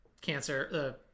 cancer